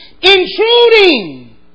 intruding